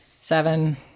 Seven